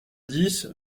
dix